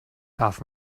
darf